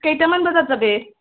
কেইটামান বজাত যাবি